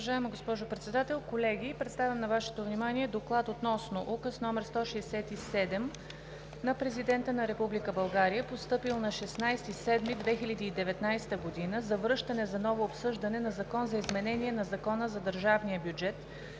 Уважаема госпожо Председател, колеги! Представям на Вашето внимание „ДОКЛАД относно Указ № 167 на Президента на Република България, постъпил на 16 юли 2019 г., за връщане за ново обсъждане на Закона за изменение на Закона за държавния бюджет